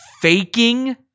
faking